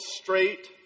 Straight